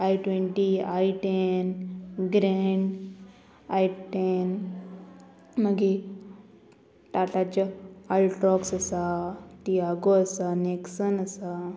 I twenty i ten grand i ten मागी टाटाचे Altroz आसा तियागो आसा नेक्सन आसा